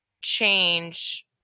change